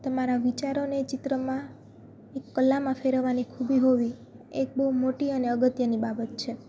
તમારા વિચારોને ચિત્રમાં એ કલામાં ફેરવવાની ખૂબી હોવી એક બહુ મોટી અને અગત્યની બાબત છે